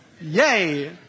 Yay